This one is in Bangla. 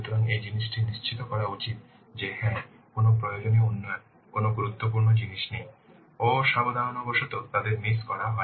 সুতরাং এই জিনিসটি নিশ্চিত করা উচিত যে হ্যাঁ কোনও প্রয়োজনীয় উন্নয়ন কোনও গুরুত্বপূর্ণ জিনিস নেই অসাবধানতাবশত তাদের মিস করা হয়েছে